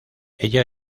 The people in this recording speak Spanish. ella